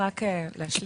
אשלים.